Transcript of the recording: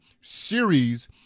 series